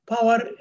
power